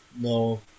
No